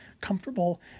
comfortable